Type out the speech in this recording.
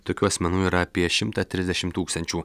tokių asmenų yra apie šimtą trisdešim tūkstančių